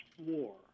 war